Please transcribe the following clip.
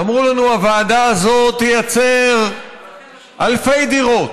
אמרו לנו: הוועדה הזאת תייצר אלפי דירות.